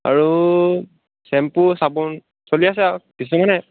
আৰু চেম্পু চাবোন চলি আছে আৰু কিছুমানে